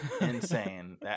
Insane